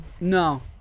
No